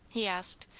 he asked,